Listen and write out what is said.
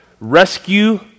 rescue